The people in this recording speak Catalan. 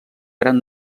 gran